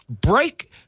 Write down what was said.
Break